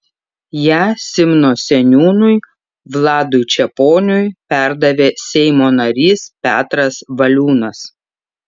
ją simno seniūnui vladui čeponiui perdavė seimo narys petras valiūnas